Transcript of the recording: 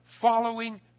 following